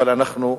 אבל אנחנו,